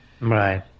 Right